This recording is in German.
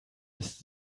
ist